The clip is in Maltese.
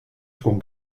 tkun